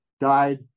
died